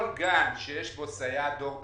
כל גן שיש בו סייעת דור ב',